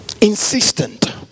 insistent